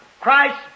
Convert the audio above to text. Christ